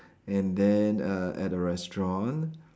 and then err at a restaurant